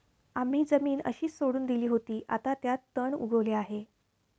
आम्ही जमीन अशीच सोडून दिली होती, आता त्यात तण उगवले आहे